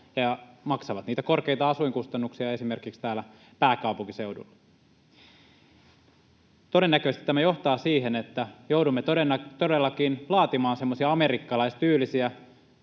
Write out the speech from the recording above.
ja maksavat niitä korkeita asuinkustannuksia esimerkiksi täällä pääkaupunkiseudulla? Todennäköisesti tämä johtaa siihen, että joudumme todellakin laatimaan semmoisia amerikkalaistyylisiä